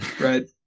right